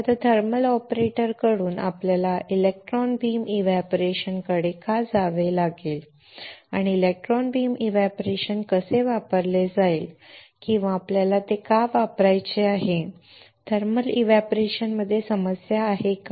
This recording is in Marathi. तर आता थर्मल ऑपरेटरकडून आपल्याला इलेक्ट्रॉन बीम एव्हपोरेशन कडे का जावे लागेल आणि इलेक्ट्रॉन बीम एव्हपोरेशन कसे वापरले जाईल किंवा आपल्याला ते का वापरायचे आहे थर्मल एव्हपोरेशन मध्ये समस्या आहे का